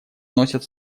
носят